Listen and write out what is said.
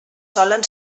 solen